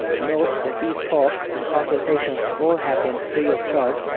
note that these talks and consultations all happen free of charge,